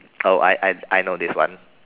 oh I I I know this one